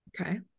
Okay